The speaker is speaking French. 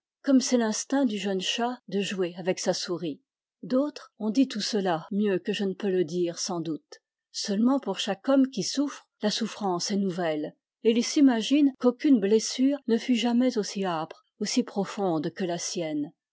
c'est l'instinct du jeune chat de jouer avec sa souris d'autres ont dit tout cela mieux que je ne peux le dire sans doute seulement pour chaque homme qui souffre la souffrance est nouvelle et il s'imagine qu'aucune blessure ne fut jamais aussi âpre aussi profonde que la sienne